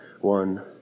one